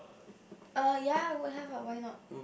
uh ya would have ah why not